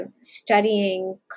studying